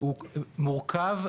הוא מורכב,